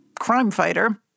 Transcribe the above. crime-fighter